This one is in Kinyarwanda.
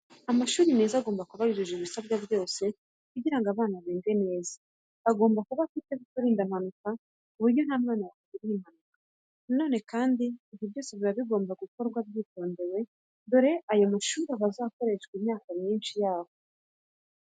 Amashuri meza agomba kuba yujuje ibisabwa byose kugira ngo abana bige neza. Agomba kuba afiteho uturindampanuka ku buryo nta mwana wahagirira impanuka. Nanone kandi, ibyo byose biba bigomba gukorwa byitondewe dore ayo mashuri aba azakoreshwa imyaka myinshi nyuma yaho.